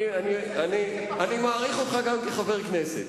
אני מעריך אותך גם כחבר כנסת.